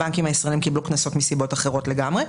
הבנקים הישראלים קיבלו קנסות מסיבות אחרות לגמרי.